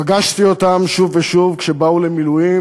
פגשתי אותם שוב ושוב כשבאו למילואים,